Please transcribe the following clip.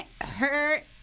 hurt